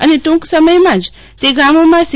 અને ટૂંક સમયમાં જ તે ગામોમાં સી